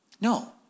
No